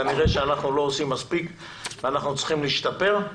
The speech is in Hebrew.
כנראה שאנחנו לא עושים מספיק ואנחנו צריכים להשתפר.